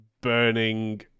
burning